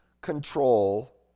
control